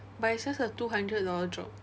but it's just a two hundred dollar drop